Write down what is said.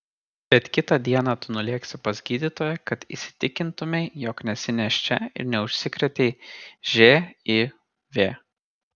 bet kitą dieną tu nulėksi pas gydytoją kad įsitikintumei jog nesi nėščia ir neužsikrėtei živ